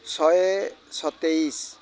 ଶହେ ସତେଇଶ